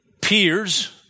peers